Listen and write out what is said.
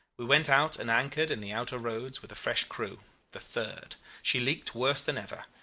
we went out and anchored in the outer roads with a fresh crew the third. she leaked worse than ever.